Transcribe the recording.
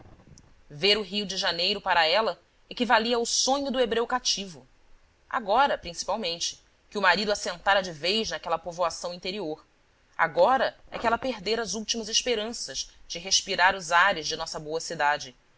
ver o rio de janeiro para ela equivalia ao sonho do hebreu cativo agora principalmente que o marido assentara de vez naquela povoação interior agora é que ela perdera as últimas esperanças de respirar os ares da nossa boa cidade